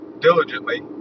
diligently